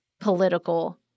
political